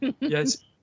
Yes